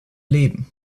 leben